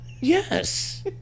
yes